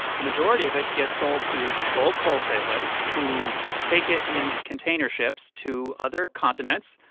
the majority of it gets sold to bulk wholesalers who take it in container ships to other continents,